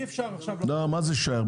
מה זה שייך?